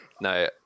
no